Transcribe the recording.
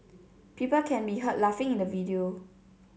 people can be heard laughing in the video